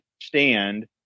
understand